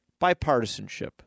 bipartisanship